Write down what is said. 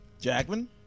Jackman